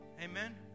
amen